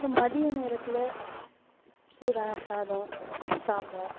இப்போ மதியம் நேரத்தில் சூடான சாதம் சாம்பார்